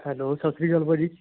hello ਸਤਿ ਸ਼੍ਰੀ ਅਕਾਲ ਭਾਅ ਜੀ